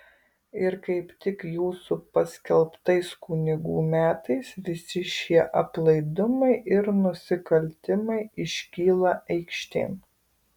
ir kaip tik jūsų paskelbtais kunigų metais visi šie aplaidumai ir nusikaltimai iškyla aikštėn